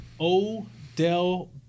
Odell